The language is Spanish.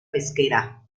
pesquera